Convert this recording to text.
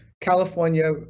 California